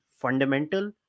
fundamental